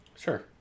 Sure